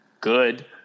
good